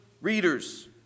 readers